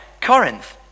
Corinth